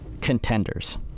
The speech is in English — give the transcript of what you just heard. contenders